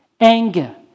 anger